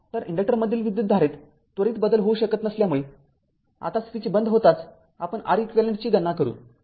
तरइन्डक्टरमधील विद्युतधारेत त्वरित बदल होऊ शकत नसल्यामुळे आता स्विच बंद होताच आपण Req ची गणना करू